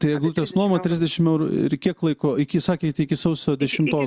tai eglutės nuoma trisdešimt eurų ir kiek laiko iki sakėt iki sausio dešimtos